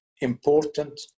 important